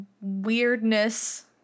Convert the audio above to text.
weirdness